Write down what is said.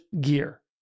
gear